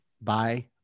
bye